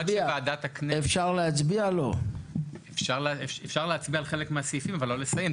אפשר להצביע על חלק מהסעיפים, אבל לא לסיים.